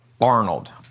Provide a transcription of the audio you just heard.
Arnold